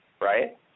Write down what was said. Right